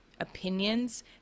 opinions